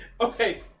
okay